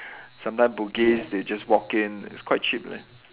sometimes Bugis they just walk in it's quite cheap ah